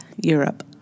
Europe